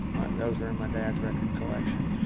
those are in my dad's record collection.